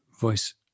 voice